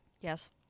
Yes